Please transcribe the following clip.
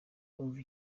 ndumva